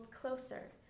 closer